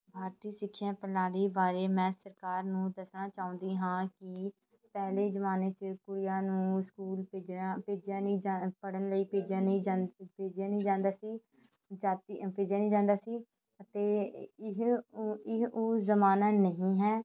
ਭਾਰਤੀ ਸਿੱਖਿਆ ਪ੍ਰਣਾਲੀ ਬਾਰੇ ਮੈਂ ਸਰਕਾਰ ਨੂੰ ਦੱਸਣਾ ਚਾਹੁੰਦੀ ਹਾਂ ਕਿ ਪਹਿਲੇ ਜ਼ਮਾਨੇ 'ਚ ਕੁੜੀਆਂ ਨੂੰ ਸਕੂਲ ਭੇਜਣਾ ਭੇਜਿਆ ਨਹੀਂ ਜਾ ਪੜ੍ਹਨ ਲਈ ਭੇਜਿਆ ਨਹੀਂ ਜਾ ਭੇਜਿਆ ਨਹੀਂ ਜਾਂਦਾ ਸੀ ਜਾਤੀ ਭੇਜਿਆ ਨਹੀਂ ਜਾਂਦਾ ਸੀ ਅਤੇ ਇਹ ਉਹ ਇਹ ਉਹ ਜ਼ਮਾਨਾ ਨਹੀਂ ਹੈ